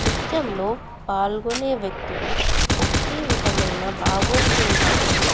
నృత్యంలో పాల్గొనే వ్యక్తులు ఒకే విధమైన భావోద్వేగాాలను